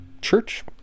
church